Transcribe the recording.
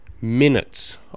minutes